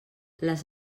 les